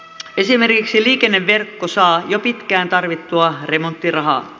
esimerkiksi liikenneverkko saa jo pitkään tarvittua remonttirahaa